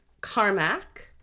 Carmack